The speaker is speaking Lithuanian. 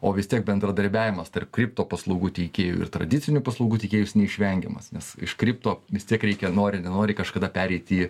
o vis tiek bendradarbiavimas tarp kripto paslaugų teikėjų ir tradicinių paslaugų teikėjų jis neišvengiamas nes iš kripto vis tiek reikia nori nenori kažkada pereit į